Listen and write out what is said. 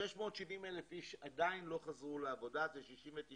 670,000 איש עדין לא חזרו לעבודה, שזה 69%,